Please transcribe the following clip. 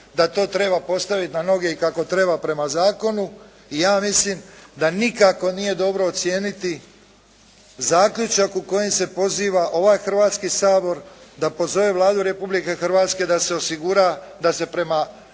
da to treba postaviti na noge i kako treba prema zakonu i ja mislim da nikako nije dobro ocijeniti zaključak u kojem se poziva ovaj Hrvatski sabor da pozove Vladu Republike Hrvatske da se osigura, da se postupa